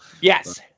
Yes